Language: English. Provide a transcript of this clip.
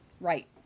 Right